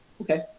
okay